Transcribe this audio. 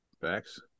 Facts